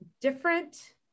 different